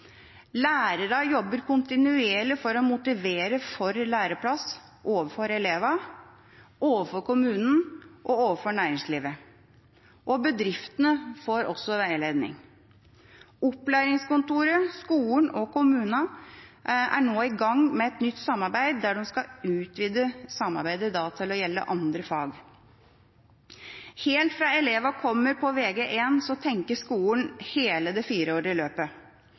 jobber kontinuerlig for å motivere for læreplass – overfor elevene, overfor kommunen og overfor næringslivet. Bedriftene får også veiledning. Opplæringskontoret, skolen og kommunene er nå i gang med et nytt samarbeid der de skal utvide samarbeidet til å gjelde andre fag. Helt fra elevene kommer på Vg1, tenker skolen hele det